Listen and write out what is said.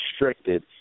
restricted